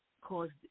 caused